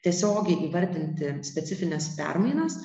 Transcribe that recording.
tiesiogiai įvardinti specifines permainas